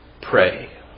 pray